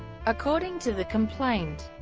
according to the complaint,